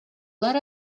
let